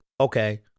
Okay